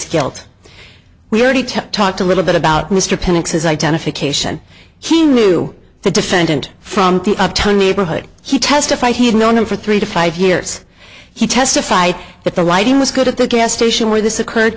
guilt we already talked a little bit about mr panix his identification he knew the defendant from the uptown neighborhood he testified he had known him for three to five years he testified that the writing was good at the gas station where this occurred